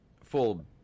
full